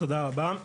תודה רבה.